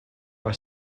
are